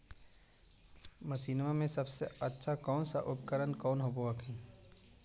मसिनमा मे सबसे अच्छा कौन सा उपकरण कौन होब हखिन?